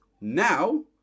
now